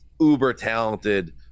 uber-talented